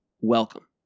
welcome